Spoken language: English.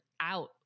out